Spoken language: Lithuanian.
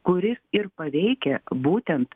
kuris ir paveikia būtent